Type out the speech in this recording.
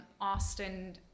Austin